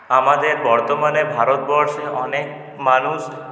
আমাদের বর্তমানে ভারতবর্ষে অনেক মানুষ